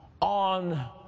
on